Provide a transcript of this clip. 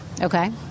Okay